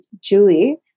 Julie